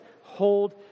hold